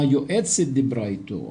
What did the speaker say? היועצת דיברה איתו,